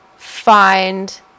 Find